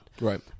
Right